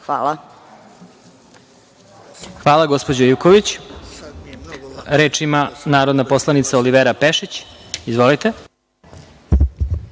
Hvala, gospođo Ivković, Reč ima narodna poslanica Olivera Pešić. Izvolite.